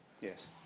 Yes